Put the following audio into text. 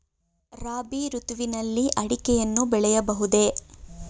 ರಾಬಿ ಋತುವಿನಲ್ಲಿ ಅಡಿಕೆಯನ್ನು ಬೆಳೆಯಬಹುದೇ?